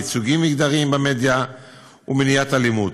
ייצוגים מגדריים במדיה ומניעת אלימות.